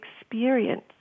experience